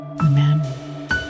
amen